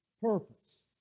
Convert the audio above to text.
purpose